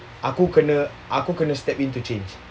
aku kena aku kena step in to change